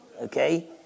Okay